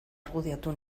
argudiatu